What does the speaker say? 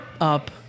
up